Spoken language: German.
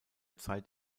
zeit